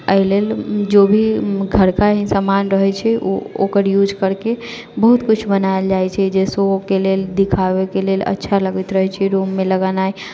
एहि लेल जो भी घरके ही सामान रहै छै ओ ओकर यूज करिके बहुत किछु बनायल जाइ छै जे शो के लेल दिखाबैके लेल बहुत अच्छा लगैत रहै छै रूममे लगेनाय